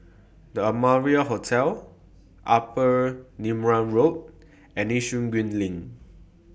The Amara Hotel Upper Neram Road and Yishun Green LINK